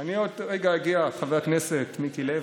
אני עוד רגע אגיע, חבר הכנסת מיקי לוי.